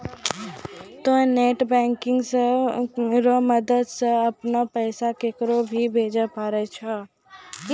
तोंय net banking रो मदद से अपनो पैसा केकरो भी भेजै पारै छहो